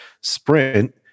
sprint